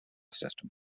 system